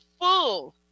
full